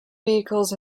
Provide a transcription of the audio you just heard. vehicles